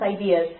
ideas